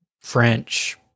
French